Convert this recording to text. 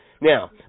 Now